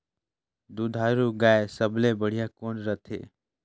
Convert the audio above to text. दुधारू गाय सबले बढ़िया कौन रथे?